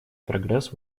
прогресс